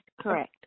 correct